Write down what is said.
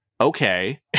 Okay